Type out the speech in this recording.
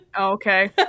Okay